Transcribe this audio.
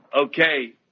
Okay